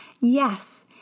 yes